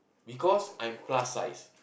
because I'm plus size